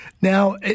Now